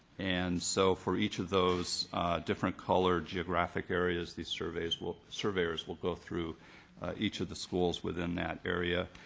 and so for each of those different color geographic areas, these surveyors will surveyors will go through each of the schools within that area.